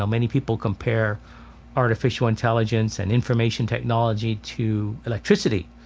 um many people compare artificial intelligence and information technology to electricity.